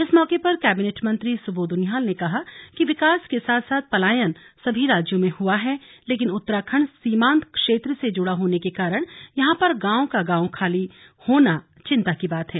इस मौके पर कैबिनेट मंत्री सुबोध उनियाल ने कहा कि विकास के साथ साथ पलायन सभी राज्यों में हुआ है लेकिन उत्तराखण्ड सीमान्त क्षेत्र से जुड़ा होने के कारण यहां पर गांव का खाली होना चिन्ता की बात है